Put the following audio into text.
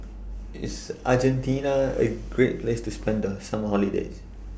IS Argentina A Great Place to spend The Summer Holiday